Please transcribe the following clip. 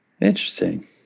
Interesting